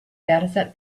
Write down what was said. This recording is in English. dataset